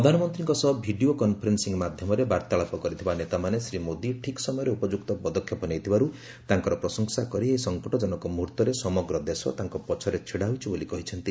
ପ୍ରଧାନମନ୍ତ୍ରୀଙ୍କ ସହ video conferencing ମାଧ୍ୟମରେ ବାର୍ତ୍ତାଳାପ କରିଥିବା ନେତାମାନେ ଶ୍ରୀ ମୋଦୀ ଠିକ୍ ସମୟରେ ଉପଯୁକ୍ତ ପଦକ୍ଷେପ ନେଇଥିବାରୁ ତାଙ୍କର ପ୍ରଶଂସା କରି ଏହି ସଂକଟଜନକ ମୁହୂର୍ତ୍ତରେ ସମଗ୍ର ଦେଶ ତାଙ୍କ ପଛରେ ଛିଡ଼ା ହୋଇଛି ବୋଲି କହିଛନ୍ତି